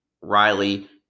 Riley